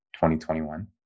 2021